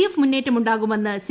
F മുന്നേറ്റമുണ്ടാകുമെന്ന് C